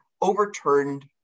overturned